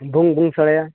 ᱵᱷᱩᱝ ᱵᱷᱩᱝ ᱥᱟᱰᱮᱭᱟ